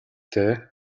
дээ